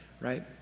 right